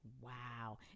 wow